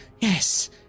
yes